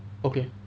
okay